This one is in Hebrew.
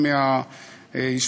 שלי.